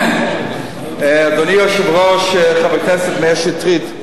אדוני היושב-ראש, חבר הכנסת מאיר שטרית,